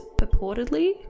purportedly